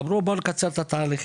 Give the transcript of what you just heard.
אמרו בוא נקצר את התהליכים,